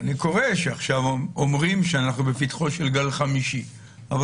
אני קורא שעכשיו אומרים שאנחנו בפתחו של גל חמישי אבל